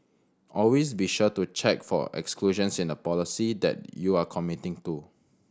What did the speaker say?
always be sure to check for exclusions in the policy that you are committing to